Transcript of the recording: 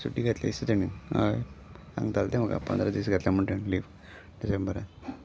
सुटी घेतली दिसता तेणी हय सांगताले तें म्हाका पंदरा दीस घेतले म्हणट लीव डिसेंबरान